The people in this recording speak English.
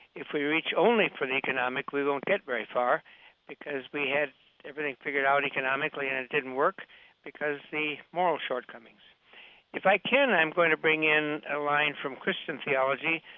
if we reach only for the economic, we won't get very far because we had everything figured out economically, and it didn't work because of the moral shortcomings if i can, i'm going to bring in a line from christian theology,